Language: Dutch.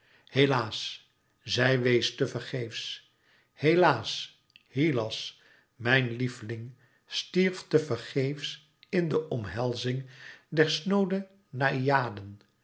helaas zij wees te vergeefs helaas hylas mijn liefling stierf te vergeefs in de omhelzing der snoode